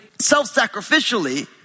self-sacrificially